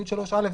י3א,